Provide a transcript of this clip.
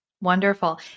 Wonderful